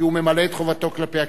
כי הוא ממלא את חובתו כלפי הכנסת.